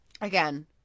again